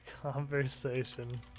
conversation